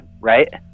Right